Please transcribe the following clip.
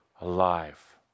Alive